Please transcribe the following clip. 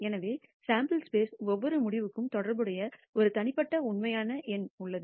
எனவே sample space ஒவ்வொரு முடிவுக்கும் தொடர்புடைய ஒரு தனிப்பட்ட உண்மையான எண் உள்ளது